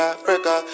Africa